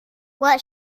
what